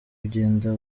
ugenda